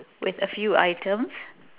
with a few items